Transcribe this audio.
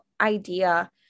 idea